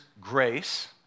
grace